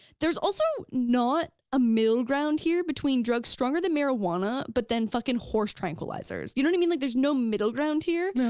there's also not a middle ground here between drugs stronger than marijuana but then fucking horse tranquilizers, you know what i mean? like there's no middle ground here.